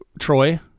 Troy